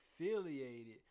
affiliated